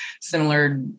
similar